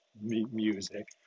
music